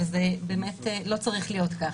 וזה באמת לא צריך להיות ככה,